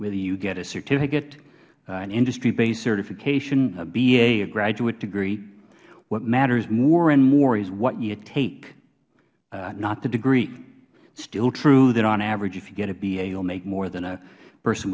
whether you get a certificate an industry based certificate a ba a graduate degree what matters more and more is what you take not the degree still true that on average if you get a ba you will make more than a person